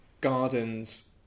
gardens